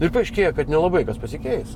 ir paaiškėja kad nelabai kas pasikeis